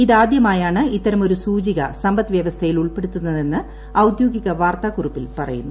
ഇതാദ്യമായാണ് ഇത്തരമൊരു സൂചിക സമ്പദ് വ്യവസ്ഥയിൽ ഉൾപ്പെടുത്തുന്നതെന്ന് ഔദ്യോഗിക വാർത്താകുറിപ്പിൽ പറയുന്നു